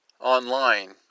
online